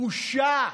בושה.